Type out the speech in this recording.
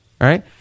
Right